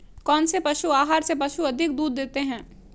कौनसे पशु आहार से पशु अधिक दूध देते हैं?